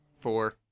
Four